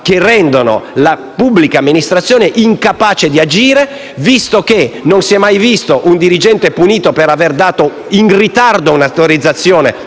che rendono la pubblica amministrazione incapace di agire. Non si è mai visto un dirigente punito per aver dato in ritardo un'autorizzazione